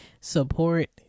Support